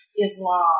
Islam